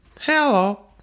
Hello